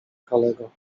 kalego